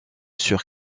sur